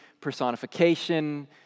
personification